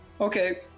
okay